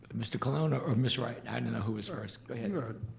mr. colon ah or ms. wright, i don't know who was first. go ahead.